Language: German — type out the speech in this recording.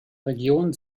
region